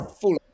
full